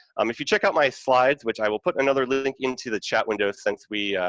um if you check out my slides, which i will put another link into the chat window, since we,